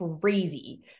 crazy